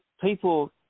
people